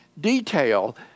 detail